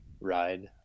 ride